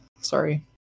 Sorry